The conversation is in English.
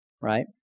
right